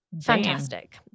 Fantastic